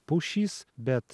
pušys bet